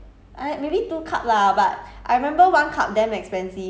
so she just like okay never mind I I don't know I think she buy